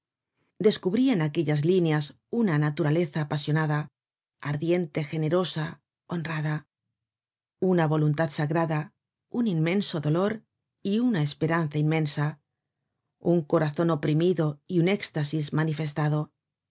descubria en aquellas lineas una naturaleza apasionada ardiente generosa honrada una voluntad sagrada un inmenso dolor y una esperanza inmensa un corazon oprimido y un éxtasis manifestado